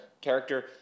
character